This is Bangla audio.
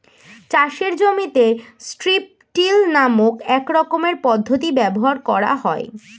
চাষের জমিতে স্ট্রিপ টিল নামক এক রকমের পদ্ধতি ব্যবহার করা হয়